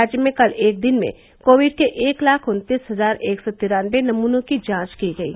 राज्य में कल एक दिन में कोविड के एक लाख उन्तीस हजार एक सौ तिरानबे नमूनों की जांच की गयी